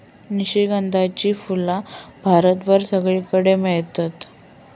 निशिगंधाची फुला भारतभर सगळीकडे मेळतत